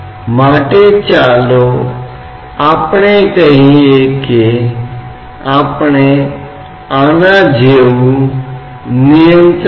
ये छोटे हैं लेकिन 0 के बराबर नहीं हैं इनका रुझान 0 की तरफ है